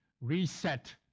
Reset